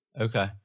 Okay